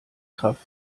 kraft